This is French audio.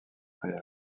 réelle